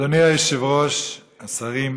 אדוני היושב-ראש, השרים,